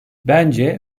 bence